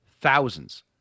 thousands